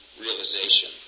realization